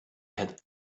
had